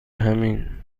همین